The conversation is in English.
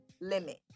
limit